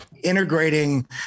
integrating